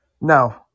No